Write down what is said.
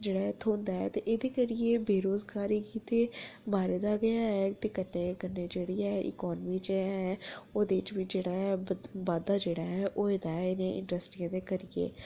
जेह्ड़ा एह् थ्होंदा ऐ ते एह्दे करियै बेरोजगारी गी ते मारे दा गै ऐ ते कन्नै कन्नै जेह्ड़ी ऐ इकानमी च ऐ ओह्दे च बी जेह्ड़ा बाद्धा जेह्ड़ा ऐ होए दा ऐ इ'नें इंड्रस्टियें दे करियै